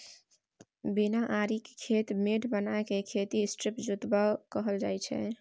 बिना आरिक खेत मेढ़ बनाए केँ खेती स्ट्रीप जोतब कहल जाइ छै